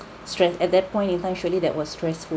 stress at that point in time surely that was stressful